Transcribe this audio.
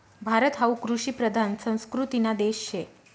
भारत हावू कृषिप्रधान संस्कृतीना देश शे